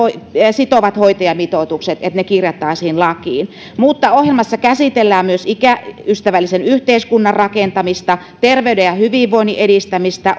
sitovat hoitajamitoitukset kirjattaisiin lakiin mutta ohjelmassa käsitellään myös ikäystävällisen yhteiskunnan rakentamista terveyden ja hyvinvoinnin edistämistä